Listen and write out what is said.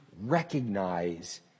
recognize